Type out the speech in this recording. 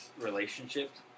Relationships